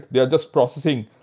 they are just processing.